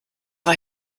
war